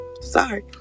sorry